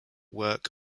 work